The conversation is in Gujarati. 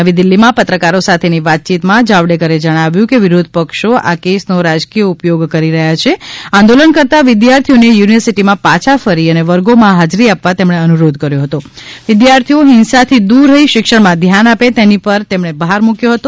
નવીદિલ્લીમાં પત્રકારો સાથેથી વાતાયીતમાં જાવડેકરે જણાવ્યું કે વિરોધપક્ષો આ કેસનો રાજકીય ઉપયોગ કરી રહ્યા છે આંદોલન કરતા વિદ્યાર્થીઓને યુનિવર્સિટીમાં પાછા ફરી અને વર્ગોમાં હાજરી આપવા તેમણે અનુરોધ કર્યો હતો વિદ્યાર્થીઓ હિંસાથી દ્રર રહી શિક્ષણમાં ધ્યાન આપે તેની પર તેમણે ભાર મૂક્યો હતો